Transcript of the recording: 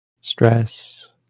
stress